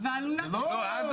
זה לא מירון.